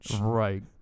Right